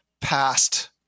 past